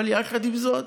אבל יחד עם זאת,